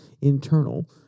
internal